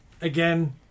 again